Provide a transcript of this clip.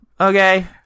okay